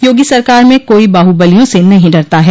योगी सरकार में कोई बाहुबलियों से नहीं डरता है